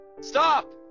Stop